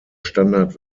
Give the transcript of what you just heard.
standard